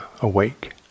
awake